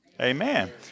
Amen